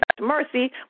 mercy